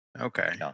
Okay